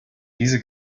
diese